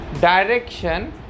direction